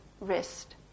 wrist